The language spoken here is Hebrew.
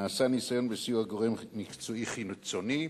נעשה ניסיון, בסיוע גורם מקצועי חיצוני,